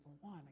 one